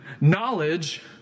knowledge